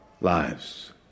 lives